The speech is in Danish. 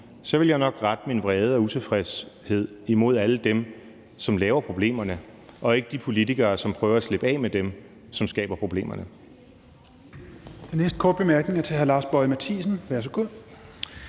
i virkeligheden nok rette min vrede og utilfredshed imod alle dem, som laver problemerne, og ikke de politikere, som prøver at slippe af med dem, som skaber problemerne.